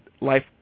life